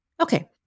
Okay